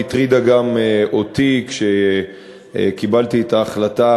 היא הטרידה גם אותי כשקיבלתי את ההחלטה